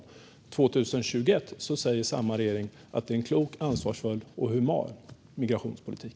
År 2021 säger samma regering att det är en klok, ansvarsfull och human migrationspolitik.